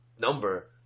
number